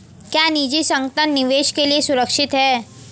क्या निजी संगठन निवेश के लिए सुरक्षित हैं?